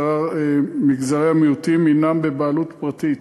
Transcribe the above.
מגזרי המיעוטים הן בבעלות פרטית,